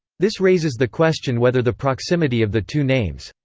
this raises the question whether the proximity of the two names,